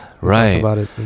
right